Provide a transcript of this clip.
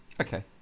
okay